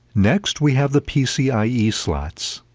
next, we have the pcie slots.